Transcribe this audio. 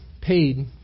paid